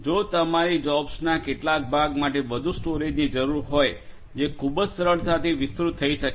જો તમારી જોબ્સના કેટલાક ભાગ માટે વધુ સ્ટોરેજની જરૂર હોય જે ખૂબ જ સરળતાથી વિસ્તૃત થઈ શકે